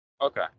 okay